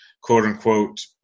quote-unquote